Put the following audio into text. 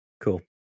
cool